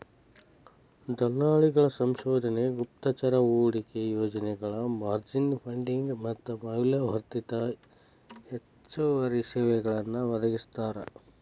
ದಲ್ಲಾಳಿಗಳ ಸಂಶೋಧನೆ ಗುಪ್ತಚರ ಹೂಡಿಕೆ ಯೋಜನೆಗಳ ಮಾರ್ಜಿನ್ ಫಂಡಿಂಗ್ ಮತ್ತ ಮೌಲ್ಯವರ್ಧಿತ ಹೆಚ್ಚುವರಿ ಸೇವೆಗಳನ್ನೂ ಒದಗಿಸ್ತಾರ